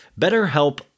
BetterHelp